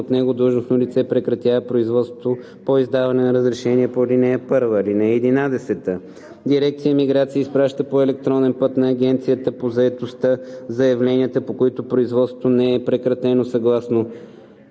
от него длъжностно лице прекратява производството по издаване на разрешение по ал. 1. (11) Дирекция „Миграция“ изпраща по електронен път на Агенцията по заетостта заявленията, по които производството не е прекратено съгласно